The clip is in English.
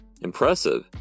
Impressive